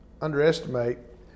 underestimate